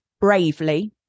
bravely